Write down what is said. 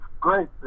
Great